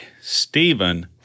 Stephen